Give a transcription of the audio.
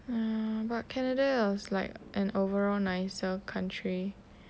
mm but canada was like an overall nicer country